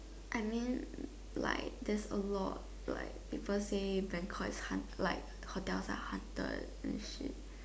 I mean like that's a lot like people say Bangkok is haunt~ hotels are haunted and shit